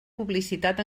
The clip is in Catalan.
publicitat